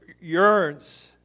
yearns